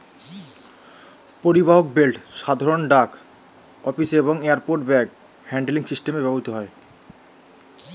পরিবাহক বেল্ট সাধারণত ডাক অফিসে এবং এয়ারপোর্ট ব্যাগ হ্যান্ডলিং সিস্টেমে ব্যবহৃত হয়